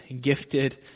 gifted